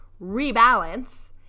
rebalance